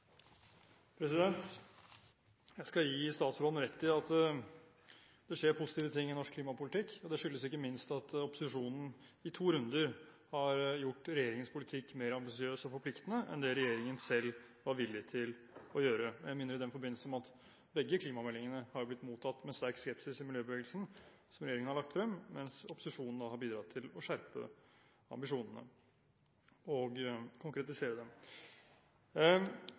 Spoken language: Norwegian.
oppfølgingsspørsmål. Jeg skal gi statsråden rett i at det skjer positive ting i norsk klimapolitikk, og det skyldes ikke minst at opposisjonen i to runder har gjort regjeringens politikk mer ambisiøs og forpliktende enn det regjeringen selv har vært villig til. Jeg minner i den forbindelse om at begge klimameldingene som regjeringen har lagt frem, har blitt mottatt med sterk skepsis i miljøbevegelsen, men opposisjonen har bidratt til å skjerpe ambisjonene og konkretisere dem.